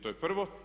To je prvo.